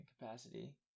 capacity